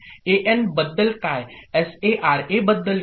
an बद्दल काय SA RA बद्दल काय